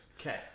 Okay